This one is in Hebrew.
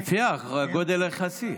לפי הגודל יחסי.